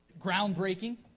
groundbreaking